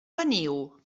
veniu